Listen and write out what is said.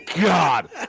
god